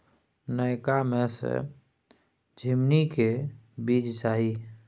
नयका में से झीमनी के बीज चाही?